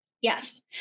Yes